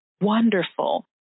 wonderful